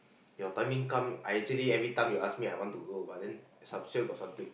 your timing come I actually every time you ask me I want to go but then some sure got something